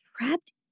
trapped